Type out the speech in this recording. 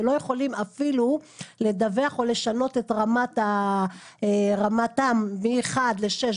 שלא יכולים אפילו לדווח או לשנות את רמתם בין 1 ל-6,